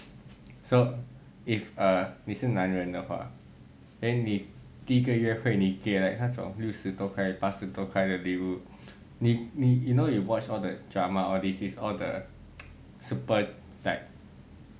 so if 你是男人的话 then 你第一个约会你给 like 那种六十多块八十多块的礼物你你 you know you watch all the drama or this is all the super like